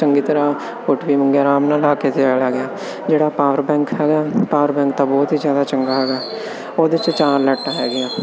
ਚੰਗੀ ਤਰ੍ਹਾਂ O T P ਮੰਗਿਆ ਆਰਾਮ ਨਾਲ ਆ ਕੇ ਚਲਿਆ ਗਿਆ ਜਿਹੜਾ ਪਾਵਰ ਬੈਂਕ ਹੈਗਾ ਪਾਵਰ ਬੈਂਕ ਤਾਂ ਬਹੁਤ ਹੀ ਜ਼ਿਆਦਾ ਚੰਗਾ ਹੈਗਾ ਉਹਦੇ 'ਚ ਚਾਰ ਲਾਈਟਾਂ ਹੈਗੀਆਂ